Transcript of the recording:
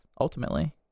ultimately